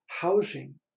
housing